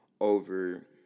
over